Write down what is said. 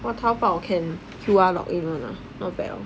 !wah! 淘宝 can Q_R login [one] ah not bad